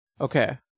Okay